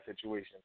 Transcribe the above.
situation